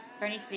Bernie